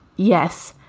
yes.